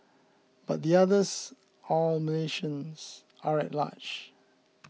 but the others all Malaysians are at large